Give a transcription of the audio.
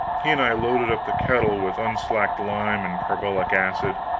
he and i loaded up the kettle with unslaked lime and carbolic acid,